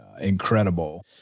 incredible